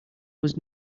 was